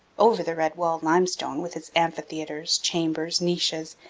over the red wall limestone, with its amphitheaters, chambers, niches,